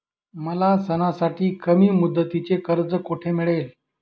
मला सणासाठी कमी मुदतीचे कर्ज कोठे मिळेल?